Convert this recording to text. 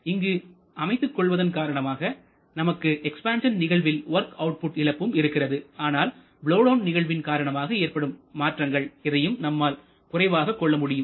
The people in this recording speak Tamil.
இங்கு அமைத்துக் கொள்வதன் காரணமாக நமக்கு எக்ஸ்பான்சன் நிகழ்வில் வொர்க் அவுட்புட் இழப்பும் இருக்கிறது ஆனால் பலோவ் டவுன் நிகழ்வின் காரணமாக ஏற்படும் மாற்றங்கள் எதையும் நம்மால் குறைவாக கொள்ள முடியும்